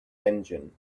engine